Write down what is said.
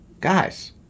guys